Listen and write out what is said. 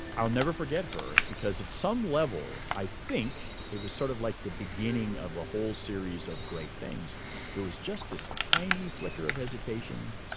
i'll never forget her because at some level i think it was sort of like the beginning of a whole series of great things there was just this tiny flicker of hesitation.